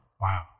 wow